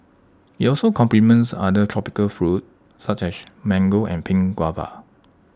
IT also complements other tropical fruit such as mango and pink guava